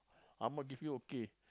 ang-moh give you okay